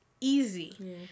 easy